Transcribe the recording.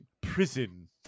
prison